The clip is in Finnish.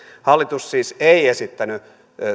hallitus siis ei esittänyt